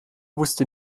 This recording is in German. wusste